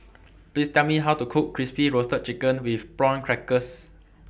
Please Tell Me How to Cook Crispy Roasted Chicken with Prawn Crackers